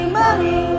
money